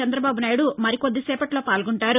చంద్రబాబు నాయుడు మరికొద్దిసేపట్లో పాల్గొంటారు